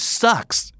sucks